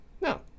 No